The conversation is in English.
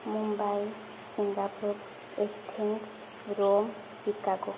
Mumbai Singapore Athens Rome Chicago